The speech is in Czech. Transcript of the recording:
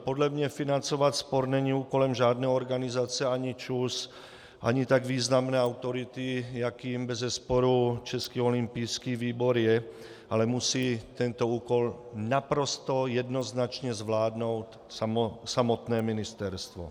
Podle mě financovat sport není úkolem žádné organizace, ani ČUS, ani tak významné autority, jakou bezesporu Český olympijský výbor je, ale tento úkol musí naprosto jednoznačně zvládnout samotné ministerstvo.